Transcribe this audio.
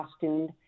costumed